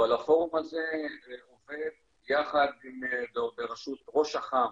אבל הפורום הזה עובד בראשות ראש אח"מ